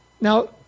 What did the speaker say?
Now